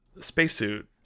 spacesuit